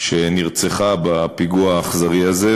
שנרצחה בפיגוע האכזרי הזה,